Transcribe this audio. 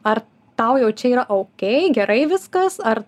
ar tau jau čia yra oukei gerai viskas ar